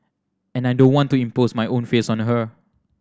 and I don't want to impose my own fears on her